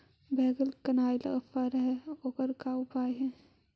बैगन कनाइल फर है ओकर का उपाय है?